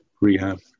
rehab